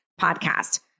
podcast